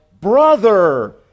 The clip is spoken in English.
brother